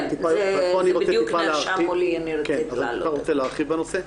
פה אני רוצה טיפה להרחיב בנושא,